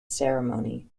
ceremony